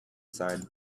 side